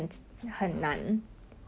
true true that true that